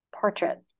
portrait